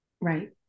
Right